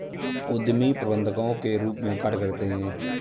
उद्यमी प्रबंधकों के रूप में कार्य करते हैं